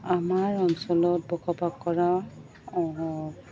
আমাৰ অঞ্চলত বসবাস কৰা